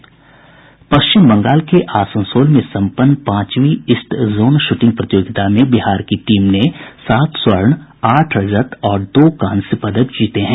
पश्चिम बंगाल के आसनसोल में सम्पन्न पांचवीं ईस्ट जोन शूटिंग प्रतियोगिता में बिहार की टीम ने सात स्वर्ण आठ रजत और दो कांस्य पदक जीते हैं